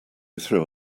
through